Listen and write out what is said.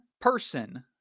person